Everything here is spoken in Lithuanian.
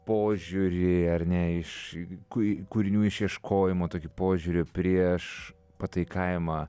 požiūrį ar ne iš kū kūrinių išieškojimo tokį požiūrį prieš pataikavimą